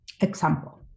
example